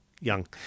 young